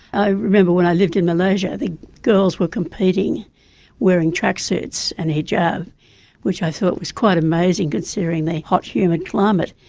i remember when i lived in malaysia the girls were competing wearing tracksuits and hijab which i thought was quite amazing considering the hot humid climate.